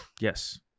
Yes